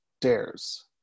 dares